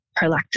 prolactin